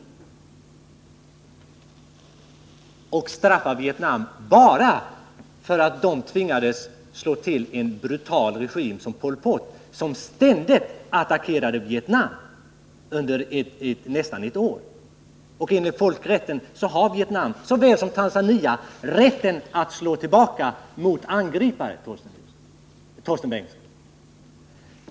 Man vill straffa Vietnam bara därför att landet tvingats slå till mot en brutal regim som Pol Pot, som ständigt attackerade Vietnam under nästan ett år. Enligt folkrätten har, Torsten Bengtson, såväl Vietnam som Tanzania rätt att slå tillbaka mot angripare.